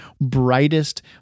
brightest